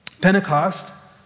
Pentecost